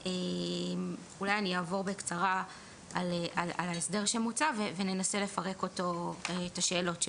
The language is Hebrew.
אולי אני אעבור בקצרה על ההסדר שמוצע וננסה לפרק את השאלות שבו.